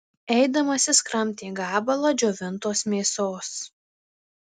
eidamas jis kramtė gabalą džiovintos mėsos